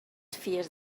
fies